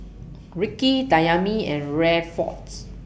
Ricki Dayami and Rayford's